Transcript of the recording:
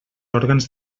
òrgans